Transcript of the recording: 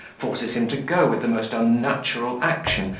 forces him to go with the most unnatural action,